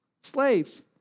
Slaves